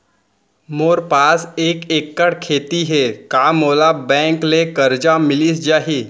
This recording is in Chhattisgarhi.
मोर पास एक एक्कड़ खेती हे का मोला बैंक ले करजा मिलिस जाही?